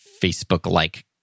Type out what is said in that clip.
facebook-like